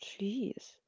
Jeez